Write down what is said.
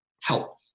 help